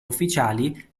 ufficiali